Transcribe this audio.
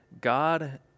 God